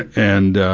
and ah,